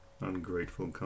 ungrateful